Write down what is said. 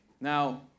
Now